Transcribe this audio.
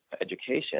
education